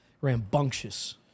rambunctious